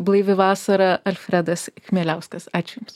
blaivi vasara alfredas chmieliauskas ačiū jums